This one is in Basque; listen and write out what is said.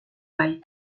bai